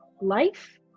Life